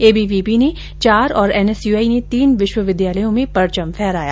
ABPV ने चार और एनएसयूआई ने तीन विश्वविद्यालयों में परचम फहराया